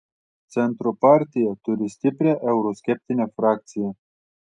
centro partija turi stiprią euroskeptinę frakciją